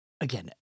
again